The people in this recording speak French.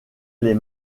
les